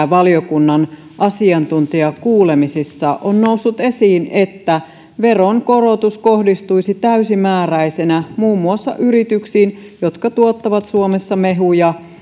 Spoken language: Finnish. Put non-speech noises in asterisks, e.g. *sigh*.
*unintelligible* valiokunnan asiantuntijakuulemisissa on noussut esiin että veronkorotus kohdistuisi täysimääräisenä muun muassa yrityksiin jotka tuottavat suomessa mehuja